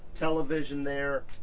television there,